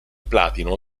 platino